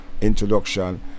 introduction